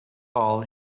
all